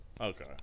Okay